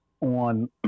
on